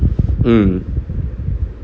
mm